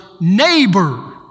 neighbor